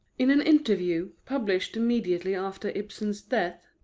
in an interview, published immediately after ibsen's death,